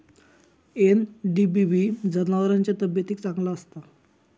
NDBB जनावरांच्या तब्येतीक चांगला असता